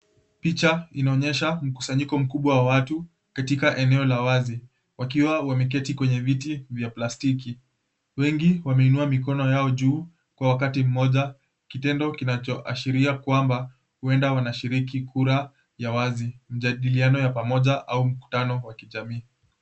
Picha inaonyesha mkusanyiko mkubwa wa watu katika eneo la wazi wakiwa wameketi kwenye viti vya plastiki. Wengi wameinua mikono yao juu kwa wakati mmoja kitendo kinachoashiria kwamba huenda wanashiriki kura ya wazi, mjadiliano ya pamoja au mkutano wa kijamii.